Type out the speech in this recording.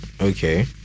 Okay